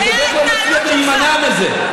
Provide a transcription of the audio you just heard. ובדרך כלל מצליח להימנע מזה,